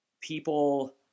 people